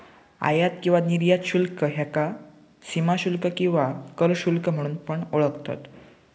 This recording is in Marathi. आयात किंवा निर्यात शुल्क ह्याका सीमाशुल्क किंवा कर शुल्क म्हणून पण ओळखतत